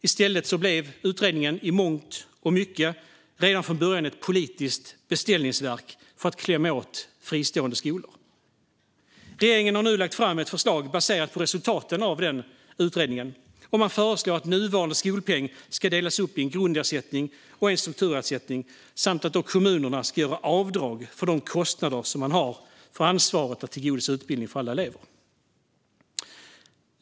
I stället blev utredningen i mångt och mycket redan från början ett politiskt beställningsverk för att klämma åt fristående skolor. Regeringen har nu lagt fram ett förslag baserat på resultaten av denna utredning. Man föreslår att nuvarande skolpeng ska delas upp i en grundersättning och en strukturersättning samt att kommunerna ska göra avdrag för de kostnader som de har för ansvaret att se till att alla elever får utbildning.